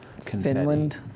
Finland